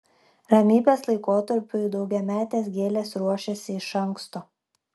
ramybės laikotarpiui daugiametės gėlės ruošiasi iš anksto